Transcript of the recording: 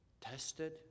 tested